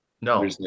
no